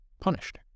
punished